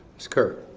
ms. kerr.